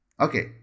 Okay